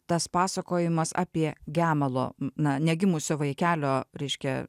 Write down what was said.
tas pasakojimas apie gemalo na negimusio vaikelio reiškia